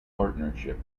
partnership